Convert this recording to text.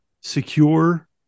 secure